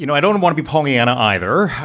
you know i don't wanna be pollyanna either.